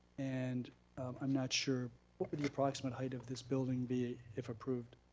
and i'm not sure what would the approximate height of this building be if approved?